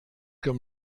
kann